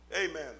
Amen